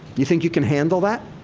you think you can handle that?